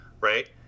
right